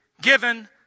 given